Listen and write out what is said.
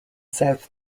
south